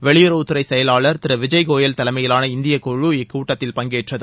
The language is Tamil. வெளியுறவுத்துறை செயவாளர் திரு விஜய் கோயல் தலைமையிலான இந்திய குழு இக்கூட்டத்தில் பங்கேற்றது